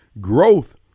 growth